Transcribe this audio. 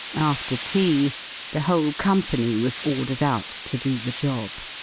after tea the whole company was ordered out to do the job.